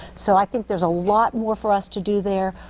so i think there's a lot more for us to do there.